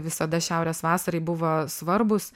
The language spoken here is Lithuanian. visada šiaurės vasarai buvo svarbūs